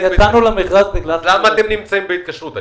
למה את נמצאים בהתקשרות?